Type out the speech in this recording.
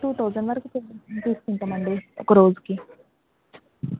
two thousand వరకు తీసుకుంటాము అండి ఒక రోజుకి